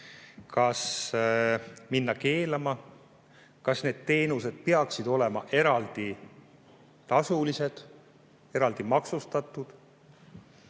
Kas minna keelama? Kas need teenused peaksid olema tasulised, eraldi maksustatud?